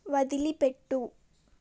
వదిలిపెట్టు